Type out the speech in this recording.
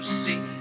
see